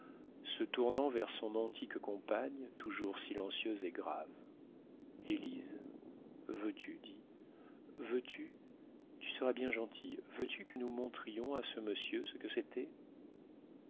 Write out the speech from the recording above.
se tournant vers son antique compagne toujours silencieuse et grave élise veux-tu dis veux-tu tu seras bien gentille veux-tu que nous montrions à monsieur ce que c'était